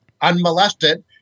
unmolested